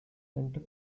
centre